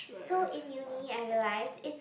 so in uni I realise it